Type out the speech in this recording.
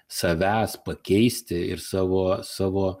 savęs pakeisti ir savo savo